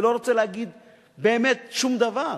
ולא רוצה להגיד שום דבר.